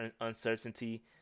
uncertainty